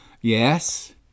Yes